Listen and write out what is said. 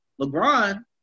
LeBron